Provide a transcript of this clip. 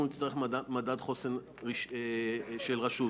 אנחנו נצטרך שיהיה מדד חוסן של רשות.